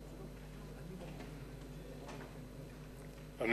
חברי חברי הכנסת,